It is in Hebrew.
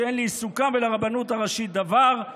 שאין לעיסוקם ולרבנות הראשית דבר,